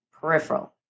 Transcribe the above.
peripheral